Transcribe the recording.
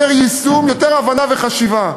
יותר יישום, יותר הבנה וחשיבה.